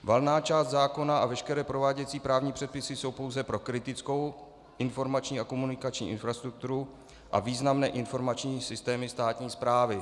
Valná část zákona a veškeré prováděcí právní předpisy jsou pouze pro kritickou informační a komunikační infrastrukturu a významné informační systémy státní správy.